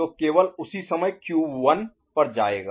तो केवल उसी समय Q 1 पर जाएगा